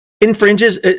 infringes